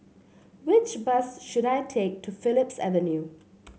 which bus should I take to Phillips Avenue